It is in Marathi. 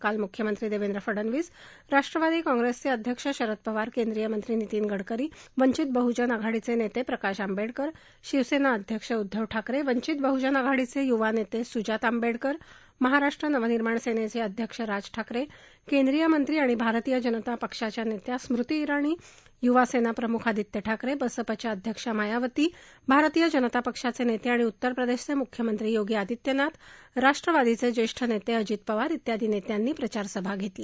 काल मुख्यमंत्री देवेंद्र फडनवीस राष्ट्रवादी काँप्रेसचे अध्यक्ष शरद पवार केंद्रीय मंत्री नीतीन गडकरी वंचित बहजन आघाडीचे नेते प्रकाश आंबेडकर शिवसेनेचे अध्यक्ष उद्धव ठाकरे वंचित बहुजन आघाडीचे युवा नेते सुजात आंबेडकर महाराष्ट्र नवनिर्माण सेनेचे अध्यक्ष राज ठाकरे केंद्रीय मंत्री भारतीय जनता पक्षाच्या नेत्या स्मृती इराणी युवासेना प्रमुख आदित्य ठाकरे बसपच्या अध्यक्षा मायावती भारतीय जनता पक्षाचे नेते आणि उत्तर प्रदेशाचे मुख्यमंत्री योगी आदित्यनाथ राष्ट्रवादीचे ज्येष्ठ नेते अजित पवार इत्यांदी नेत्यांनी प्रचार सभा घेतल्या